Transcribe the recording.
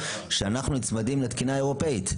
שאנחנו נצמדים לתקינה האירופאית.